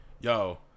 yo